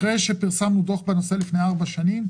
אחרי שפרסמנו דוח בנושא לפני ארבע שנים,